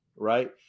right